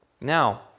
Now